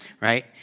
right